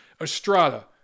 Estrada